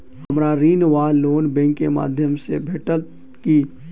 हमरा ऋण वा लोन बैंक केँ माध्यम सँ भेटत की?